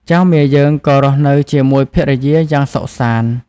ចៅមាយើងក៏រស់នៅជាមួយភរិយាយ៉ាងសុខសាន្ត។